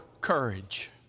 courage